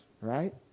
right